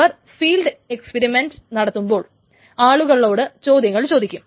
അവർ field എക്സ്പിരിമെൻറ്കൾ നടത്തുമ്പോൾ ആളുകളോട് ചോദ്യങ്ങൾ ചോദിക്കും